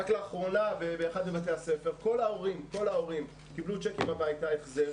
רק לאחרונה באחד מבתי הספר כל ההורים קיבלו צ'קים הביתה החזר